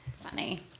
funny